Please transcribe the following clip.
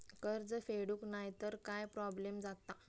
कर्ज फेडूक नाय तर काय प्रोब्लेम जाता?